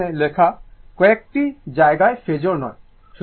এটি সেখানে লেখা কয়েকটি জায়গায় ফেজোর নয়